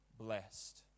blessed